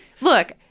Look